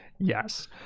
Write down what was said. Yes